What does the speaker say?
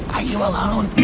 are you alone?